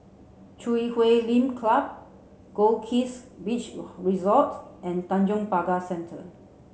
Chui Huay Lim Club Goldkist Beach Resort and Tanjong Pagar Centre